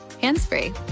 hands-free